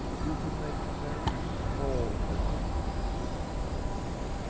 you can make very small advances with that side of the brain.